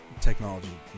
technology